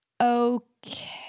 okay